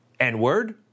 N-word